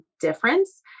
difference